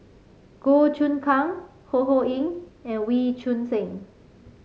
Goh Choon Kang Ho Ho Ying and Wee Choon Seng